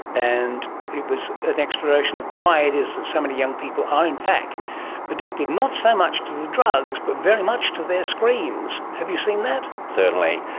and it was an exploration of why it is that so many young people are in fact addicted not so much to the drugs but very much to their screens. have you seen that? certainly.